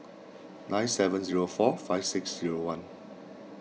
nine seven zero four five six zero one